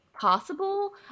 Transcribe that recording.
possible